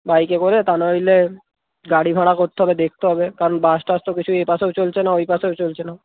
বাইকে করে তা নইলে গাড়ি ভাড়া করতে হবে দেখতে হবে কারণ বাস টাস তো কিছুই এই পাশেও চলছে না ওই পাশেও চলছে না